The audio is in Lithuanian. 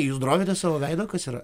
jūs drovitės savo veido kas yra